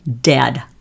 dead